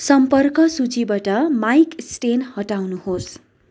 सम्पर्क सूचीबाट Mike Stan हटाउनुहोस्